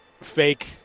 fake